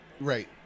Right